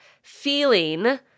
feeling